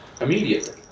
immediately